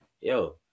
yo